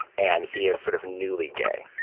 and he is sort of newly gay.